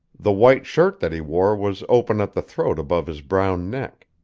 the white shirt that he wore was open at the throat above his brown neck.